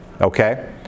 Okay